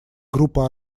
группа